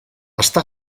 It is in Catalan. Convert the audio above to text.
està